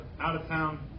out-of-town